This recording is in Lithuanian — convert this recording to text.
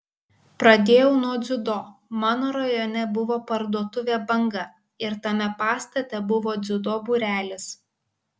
pradėjau nuo dziudo mano rajone buvo parduotuvė banga ir tame pastate buvo dziudo būrelis